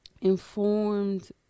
informed